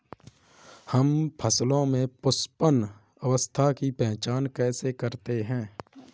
हम फसलों में पुष्पन अवस्था की पहचान कैसे करते हैं?